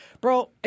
Bro